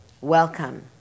welcome